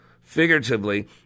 figuratively